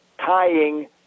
tying